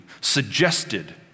suggested